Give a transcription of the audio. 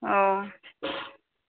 ও